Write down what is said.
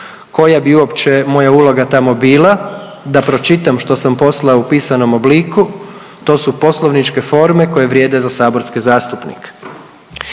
koja bi uopće moja uloga tamo bila, da pročitam što sam poslao u pisanom obliku, to su poslovničke forme koje vrijede za saborske zastupnike.